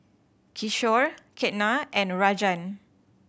Kishore Ketna and Rajan